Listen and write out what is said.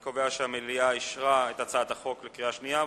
אני קובע שהמליאה אישרה את הצעת החוק בקריאה שנייה.